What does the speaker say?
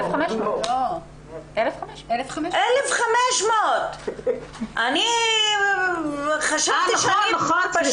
1500. סליחה.